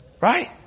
Right